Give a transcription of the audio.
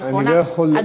אני לא יכול,